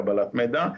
קבלת מידע.